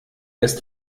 ist